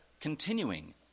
continuing